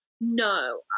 no